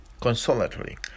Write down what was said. Consolatory